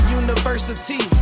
university